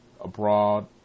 abroad